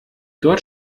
dort